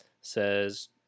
says